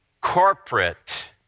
corporate